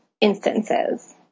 instances